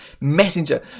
messenger